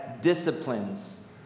disciplines